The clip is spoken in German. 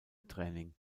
training